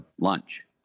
lunch